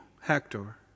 Hector